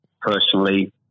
personally